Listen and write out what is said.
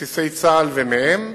לבסיסי צה"ל ומהם.